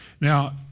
Now